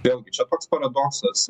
vėlgi čia toks paradoksas